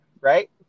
Right